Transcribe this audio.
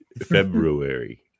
february